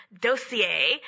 dossier